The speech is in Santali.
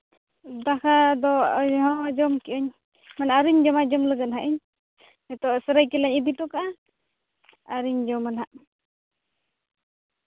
ᱫᱟᱠᱟ ᱫᱚ ᱦᱳᱭ ᱡᱚᱢ ᱠᱮᱜᱼᱟᱹᱧ ᱢᱟᱱᱮ ᱟᱹᱣᱨᱤᱧ ᱡᱚᱢᱟ ᱡᱚᱢ ᱞᱟᱹᱜᱤᱫ ᱦᱟᱸᱜ ᱤᱧ ᱱᱤᱛᱳᱜ ᱥᱟᱹᱨᱟᱹᱭᱠᱮᱞᱟᱧ ᱤᱫᱤ ᱦᱚᱴᱚ ᱠᱟᱜᱼᱟ ᱟᱨᱤᱧ ᱡᱚᱢᱟ ᱱᱟᱜ